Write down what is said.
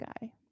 guy